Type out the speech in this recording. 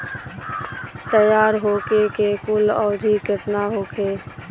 तैयार होखे के कुल अवधि केतना होखे?